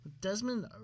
Desmond